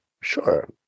Sure